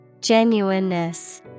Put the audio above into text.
Genuineness